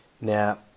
Now